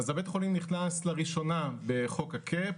אז בית החולים נכנס לראשונה בחוק הקאפ,